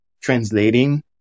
translating